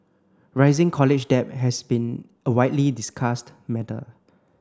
rising college debt has been a widely discussed matter